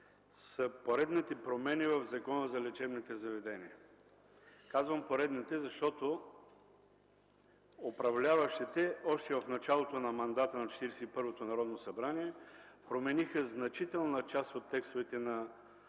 са поредните промени в Закона за лечебните заведения. Казвам поредните, защото управляващите още в началото на мандата на 41-то Народно събрание промениха значителна част от текстовете на